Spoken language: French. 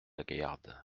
gaillarde